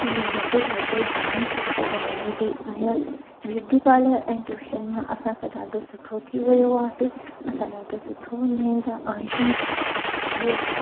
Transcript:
उनमां बि ॾाढो जाम सुठो कमाईंदी आहियां ब्यूटी पार्लर ऐं ट्यूशन मां असांखे ॾाढो सुठो थी वियो आहे असां ॾाढो सुठो कमाईंदा आहियूं ॿियो